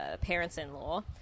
parents-in-law